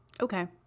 Okay